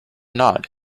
not